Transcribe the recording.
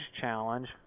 challenge